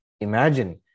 imagine